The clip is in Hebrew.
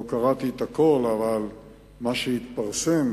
לא קראתי את הכול, אבל מה שהתפרסם,